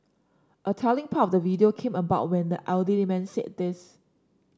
a telling part of the video came about when the elderly man said this